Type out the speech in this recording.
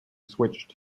switched